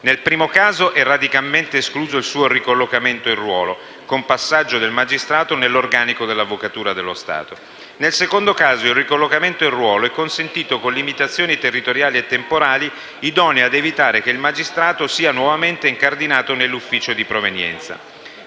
Nel primo caso è radicalmente escluso il suo ricollocamento in ruolo, con il passaggio del magistrato nell'organico dell'Avvocatura dello Stato. Nel secondo caso, il ricollocamento in ruolo è consentito con limitazioni territoriali e temporali idonee a evitare che il magistrato sia nuovamente incardinato nell'ufficio di provenienza.